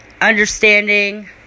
understanding